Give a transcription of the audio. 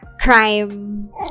crime